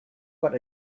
got